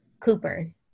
Cooper